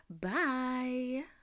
Bye